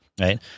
right